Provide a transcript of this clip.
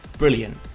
Brilliant